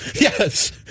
Yes